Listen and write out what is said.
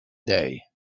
day